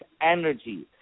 energy